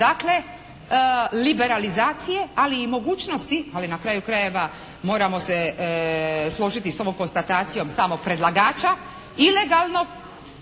dakle liberalizacije ali i mogućnosti, ali na kraju krajeva moramo se složiti sa ovom konstatacijom samog predlagača ilegalnog